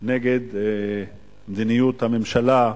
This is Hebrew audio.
נגד מדיניות הממשלה.